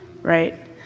right